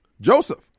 Joseph